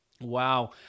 Wow